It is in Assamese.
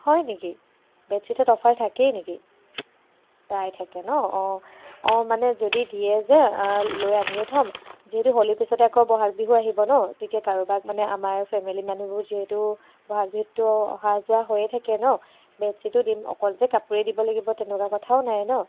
হয় নেকি বেডশ্বিটত অফাৰ থাকেই নেকি প্ৰায় থাকে ন' অ' অ' মানে যদি দিয়ে যে লৈ আনিয়ে থ'ম যিহেতু হ'লিৰ পিছতে আকৌ ব'হাগ বিহু আহিব ন' তেতিয়া কাৰোবাক মানে আমাৰ ফেমিলি মানুহবোৰ যিহেতু ব'হাগ বিহুতটো অহা যোৱা হৈ থাকে ন' বেডশ্বিটো দিম অকল যে কাপোৰে দিব লাগিব তেনেকুৱা কথাও নাই ন'